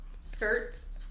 skirts